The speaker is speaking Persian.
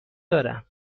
دارم